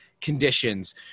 conditions